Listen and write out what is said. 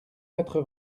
quatre